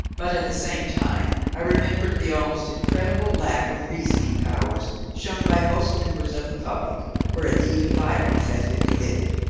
but at the same time i remembered the almost incredible lack of reasoning powers shown by most members of the public where a deed of violence has been committed,